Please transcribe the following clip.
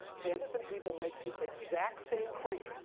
pandas and people makes the exact same claim.